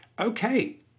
Okay